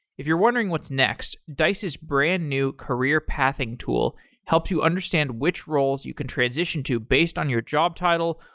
if you're wondering what's next, dice's brand new career pathing tool helps you understand which roles you can transition to based on your job title,